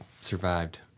survived